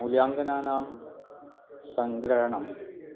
मूल्याङ्कानां सङ्ग्रहणम्